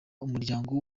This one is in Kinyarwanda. umuryango